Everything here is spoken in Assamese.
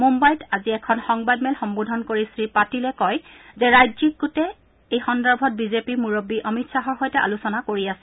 মুঘাইত আজি এখন সংবাদমেল সম্বোধন কৰি শ্ৰী পাটিলে কয় যে ৰাজ্যিক গোটেই এই সন্দৰ্ভত বিজেপিৰ মূৰববী অমিত খাহৰ সৈতে আলোচনা কৰি আছে